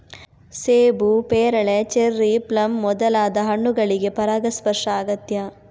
ಸೇಬು, ಪೇರಳೆ, cherry, plum ಮೊದಲಾದ ಹಣ್ಣುಗಳಿಗೆ ಪರಾಗಸ್ಪರ್ಶ ಅಗತ್ಯ